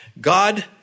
God